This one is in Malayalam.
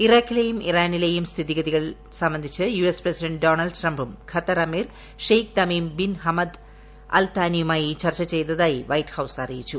ഇറാക്കിലെയും ഇറാനില്ലെയും നിലവിലെ സ്ഥിതിഗതികൾ സംബന്ധിച്ച് യുഎസ് പ്രസിഡന്റ് ഡൊണ്ണ്ൾഡ് ട്രംപും ഖത്തർ അമീർ Sheikh Tamim bin Hamad Al താനിയുമായി ചർച്ച ചെയ്തതായി വൈറ്റ് ഹൌസ് അറിയിച്ചു